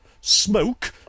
Smoke